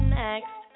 next